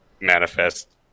manifest